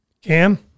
Cam